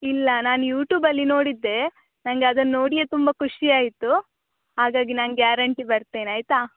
ಇಲ್ಲ ನಾನು ಯೂಟೂಬಲ್ಲಿ ನೋಡಿದ್ದೆ ನನಗೆ ಅದನ್ನು ನೋಡಿಯೇ ತುಂಬ ಖುಷಿ ಆಯಿತು ಹಾಗಾಗಿ ನಾನು ಗ್ಯಾರಂಟಿ ಬರ್ತೇನೆ ಆಯಿತಾ